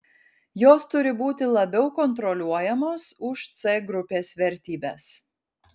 jos turi būti labiau kontroliuojamos už c grupės vertybes